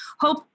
hope